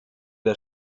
der